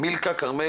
מילכה כרמל